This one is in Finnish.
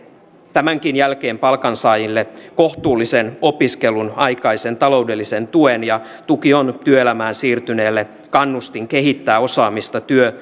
tämänkin jälkeen palkansaajille kohtuullisen opiskelun aikaisen taloudellisen tuen ja tuki on työelämään siirtyneelle kannustin kehittää osaamista työ